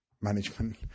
management